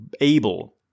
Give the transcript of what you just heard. able